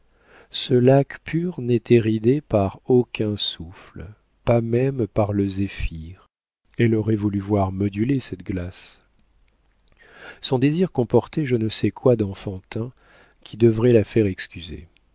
ce lac pur n'était ridé par aucun souffle pas même par le zéphyr elle aurait voulu voir onduler cette glace son désir comportait je ne sais quoi d'enfantin qui devrait la faire excuser